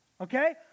okay